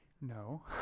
No